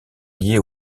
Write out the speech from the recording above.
liées